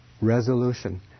resolution